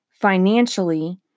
financially